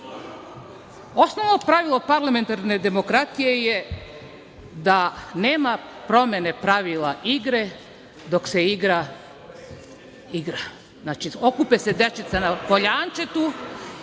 pravilo parlamentarne demokratije je da nema promene pravila igre dok se igra igra. Znači, okupe se deca na poljančetu